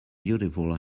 beautiful